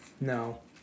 No